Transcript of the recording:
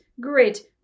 great